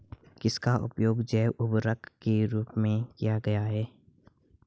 किसका उपयोग जैव उर्वरक के रूप में किया जाता है?